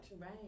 Right